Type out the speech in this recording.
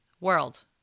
World